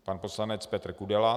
Pan poslanec Petr Kudela.